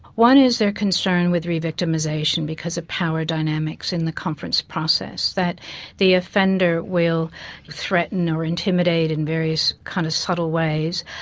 one is their concern with re-victimisation, because of power dynamics in the conference process. that the offender will threaten or intimidate in various kind of subtle ways,